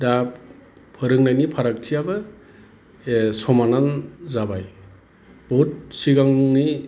दा फोरोंनायनि फारागथिआबो समानानो जाबाय बहुद सिगांनि